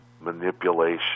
manipulation